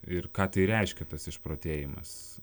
ir ką tai reiškia tas išprotėjimas